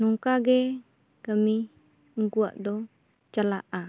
ᱱᱚᱝᱠᱟ ᱜᱮ ᱠᱟᱹᱢᱤ ᱩᱱᱠᱩᱭᱟᱜ ᱫᱚ ᱪᱟᱞᱟᱜᱼᱟ